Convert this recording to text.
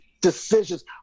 decisions